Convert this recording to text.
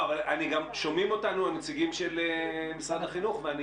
גם שומעים אותנו הנציגים של משרד החינוך ואני